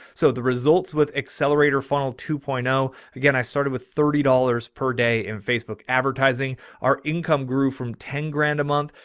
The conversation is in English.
so the results with accelerator funnel two point zero again, i started with thirty dollars per day in facebook advertising our income grew from ten grand a month.